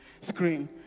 screen